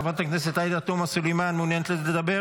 חבר הכנסת אריאל קלנר, אינו נוכח,